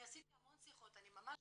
עשיתי המון שיחות, ממש